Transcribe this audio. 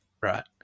right